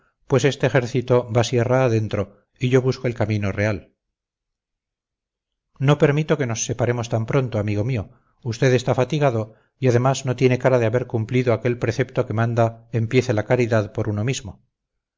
pues este ejército va sierra adentro y yo busco el camino real no permito que nos separemos tan pronto amigo mío usted está fatigado y además no tiene cara de haber cumplido aquel precepto que manda empiece la caridad por uno mismo